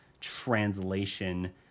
translation